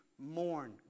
mourn